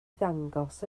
ddangos